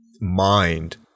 mind